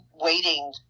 waiting